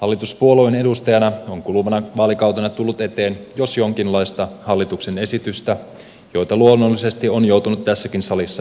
hallituspuolueen edustajana minulle on kuluvana vaalikautena tullut eteen jos jonkinlaista hallituksen esitystä joita luonnollisesti on joutunut tässäkin salissa puolustamaan